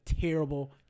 terrible